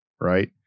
right